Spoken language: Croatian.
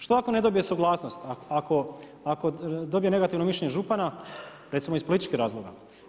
Što ako ne dobije suglasnost, ako dobije negativno mišljenje župana, recimo iz političkog razloga.